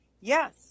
Yes